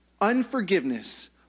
Unforgiveness